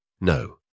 No